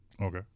Okay